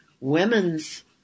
women's